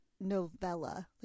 novella